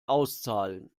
auszahlen